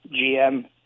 GM